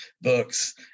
books